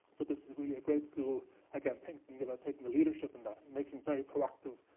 but this is really a great school again, thinking about taking the leadership and making very proactive